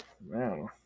man